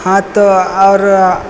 हॅं तऽ आओर